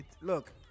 look